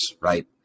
right